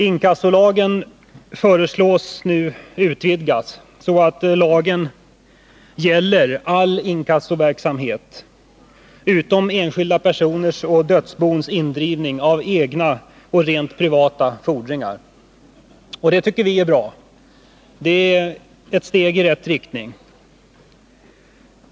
Inkassolagen föreslås nu bli utvidgad, så att lagen gäller all inkassoverksamhet, utom enskilda personers och dödsbons indrivning av egna och rent privata fordringar. Det tycker vi är bra, det är ett steg i rätt riktning.